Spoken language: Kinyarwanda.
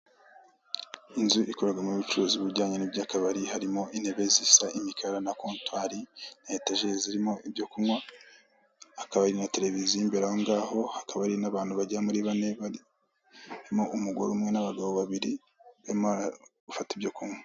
Inzu ikorerwamo ubucuruzi bujyanye n'iby'akabari, harimo intebe zisa imikara na kontwari na etajeri zirimo ibyo kunywa, hakaba hari na televiziyo imbere ahongaho, hakaba hari n'abantu bagera muri bane, barimo umugore umwe n'abagabo babiri, barimo barafarata ibyo kunywa.